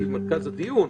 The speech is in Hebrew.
זה מרכז הדיון,